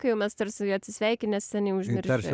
kai jau mes tarsi atsisveikinę seniai užmiršę